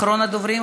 אחרון הדוברים,